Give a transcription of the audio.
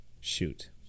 shoot